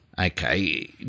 Okay